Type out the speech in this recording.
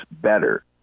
better